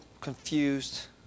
confused